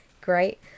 Great